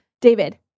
David